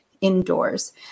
indoors